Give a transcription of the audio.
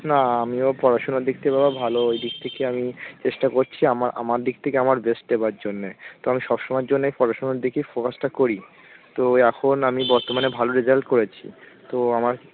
না আমিও পড়াশোনার দিকটা বাবা ভালো ওই দিক থেকে আমি চেষ্টা করছি আমা আমার দিক থেকে আমার বেস্ট দেবার জন্যে তো আমি সব সময়ের জন্যেই পড়াশোনার দিকেই ফোকাসটা করি তো এখন আমি বর্তমানে ভালো রেজাল্ট করেছি তো আমার